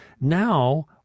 Now